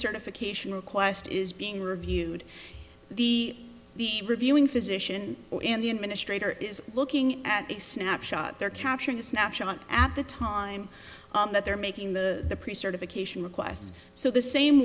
certification request is being reviewed the the reviewing physician and the administrator is looking at a snapshot they're capturing a snapshot at the time that they're making the pre certified cation requests so the same